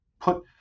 put